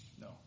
No